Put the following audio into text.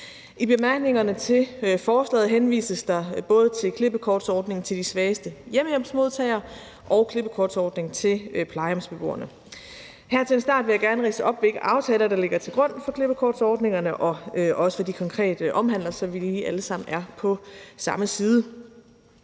I bemærkningerne til forslaget henvises der både til klippekortsordningen til de svageste hjemmehjælpsmodtagere og klippekortsordningen til plejehjemsbeboerne. Her til en start vil jeg gerne ridse op, hvilke aftaler der ligger til grund for klippekortsordningerne, og også hvad de konkret omhandler, så vi alle sammen er på samme side.